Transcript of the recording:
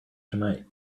tonight